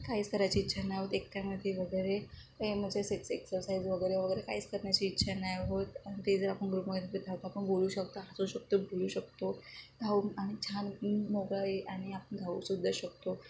काहीच करायची इच्छा नाही होत एकट्यामध्ये वगैरे ए म्हणजे असे एक्सरसाईज वगैरे वगैरे काहीच करण्याची इच्छा नाही होत ते जर आपण ग्रूपमध्ये धावतो आपण बोलू शकतो हसू शकतो बोलू शकतो धावू आणि छान मोकळा आणि आपण धावू सुद्धा शकतो